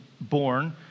born